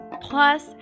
plus